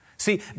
See